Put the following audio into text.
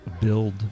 build